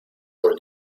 for